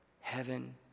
Heaven